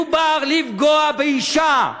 מדובר בלפגוע באישה,